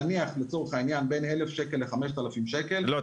נניח לצורך העניין בין 1,000 שקלים ל-5,000 שקלים --- לא,